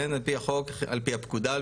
על-פי הפקודה ,